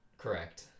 correct